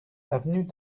avenue